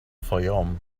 fayoum